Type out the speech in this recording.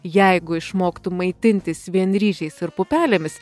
jeigu išmoktum maitintis vien ryžiais ir pupelėmis